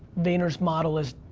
vayner's model is,